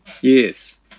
Yes